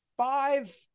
five